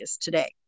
today